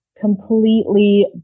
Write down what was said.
completely